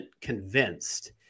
convinced